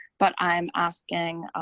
but i'm asking,